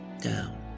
Down